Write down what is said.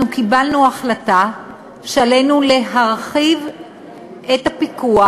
קיבלנו החלטה שעלינו להרחיב את הפיקוח